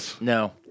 No